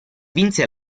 vinse